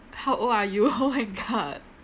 how old are you oh my god